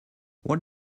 what